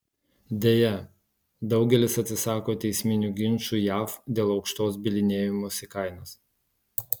deja daugelis atsisako teisminių ginčų jav dėl aukštos bylinėjimosi kainos